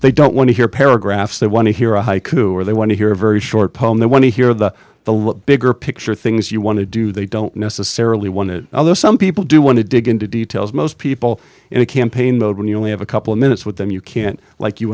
they don't want to hear paragraphs they want to hear a haiku or they want to hear a very short poem they want to hear the the look bigger picture things you want to do they don't necessarily want to although some people do want to dig into details most people in a campaign mode when you only have a couple of minutes with them you can't like you